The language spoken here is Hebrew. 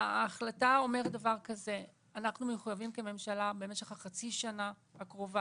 ההחלטה אמרת דבר כזה: אנחנו מחויבים כממשלה במשך החצי שנה הקרובה